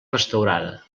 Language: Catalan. restaurada